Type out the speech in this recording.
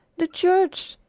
the church!